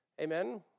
Amen